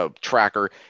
Tracker